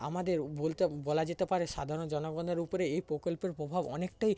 আমাদের বলতে বলা যেতে পারে সাধারণ জনগণের উপরে এই প্রকল্পের প্রভাব অনেকটাই